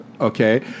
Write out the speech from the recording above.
Okay